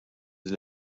din